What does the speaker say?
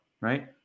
right